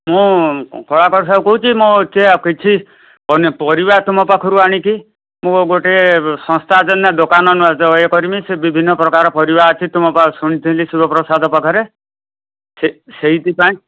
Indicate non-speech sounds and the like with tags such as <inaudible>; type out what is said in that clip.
ମୁଁ <unintelligible> କହୁଛି ମୁଁ ସେ ଆଉ କିଛି ପନିପରିବା ତୁମ ପାଖରୁ ଆଣିକି ମୁଁ ଗୋଟେ ସଂସ୍ଥା ଜାଣିଲ ଦୋକାନ ନୂଆ ଇଏ କରିବି ସେ ବିଭିନ୍ନ ପ୍ରକାର ପରିବା ଅଛି ତୁମ ପରା ଶୁଣିଥିଲି ଶିବପ୍ରସାଦ ପାଖରେ ସେଥିପାଇଁ